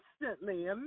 instantly